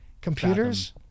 computers